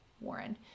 Warren